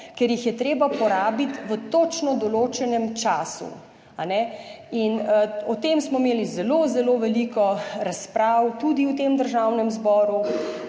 ker jih je treba porabiti v točno določenem času. O tem smo imeli zelo, zelo veliko razprav, tudi v Državnem zboru,